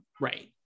Right